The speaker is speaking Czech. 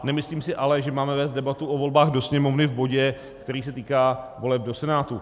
Nemyslím si ale, že máme vést debatu o volbách do Sněmovny v bodě, který se týká voleb do Senátu.